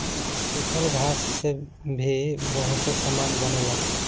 सूखल घास से भी बहुते सामान बनेला